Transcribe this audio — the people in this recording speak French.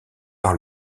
par